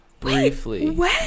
Briefly